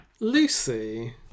Lucy